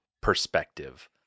perspective